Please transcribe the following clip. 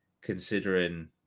considering